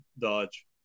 dodge